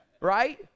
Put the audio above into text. Right